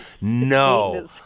no